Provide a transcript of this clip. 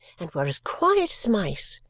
and were as quiet as mice,